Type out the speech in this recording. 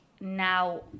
now